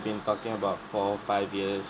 been talking about four five years